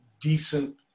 decent